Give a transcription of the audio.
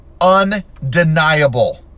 Undeniable